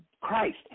Christ